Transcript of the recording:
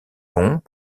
long